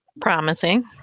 promising